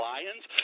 Lions